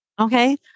Okay